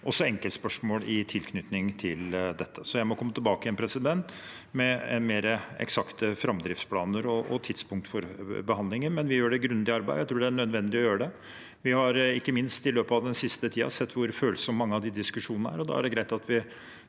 også av enkeltspørsmål i tilknytning til dette. Jeg må komme tilbake med mer eksakte framdriftsplaner og tidspunkt for behandlingen, men vi gjør et grundig arbeid. Jeg tror det er nødvendig å gjøre det. Ikke minst i løpet av den siste tiden har vi sett hvor følsomme mange av de diskusjonene er, og da tror jeg det er greit at vi